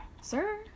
Sir